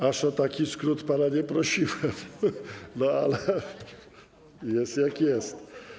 Aż o taki skrót pana nie prosiłem, ale jest, jak jest.